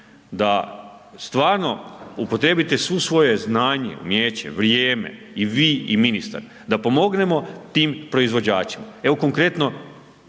da stvarno upotrijebite svo svoje znanje, umijeće, vrijeme i vi i ministar da pomognemo tim proizvođačima, evo konkretno